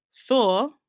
Thor